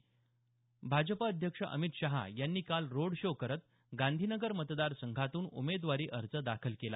त्यांनतर भाजप अध्यक्ष अमित शहा यांनी काल रोड शो करत गांधीनगर मतदार संघातून उमेदवारी अर्ज दाखल केला